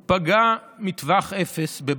הוא פגע מטווח אפס בבראל.